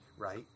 right